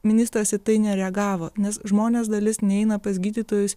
ministras į tai nereagavo nes žmonės dalis neina pas gydytojus